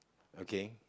okay